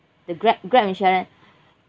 the grab grab insurance